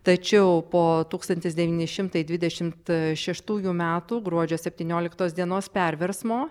tačiau po tūkstantis devyni šimtai dvidešimt šeštųjų metų gruodžio septynioliktos dienos perversmo